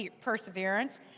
perseverance